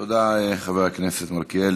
תודה, חבר הכנסת מלכיאלי.